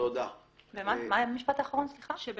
זאת